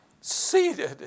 seated